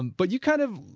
but, you kind of